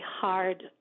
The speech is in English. hard